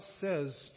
says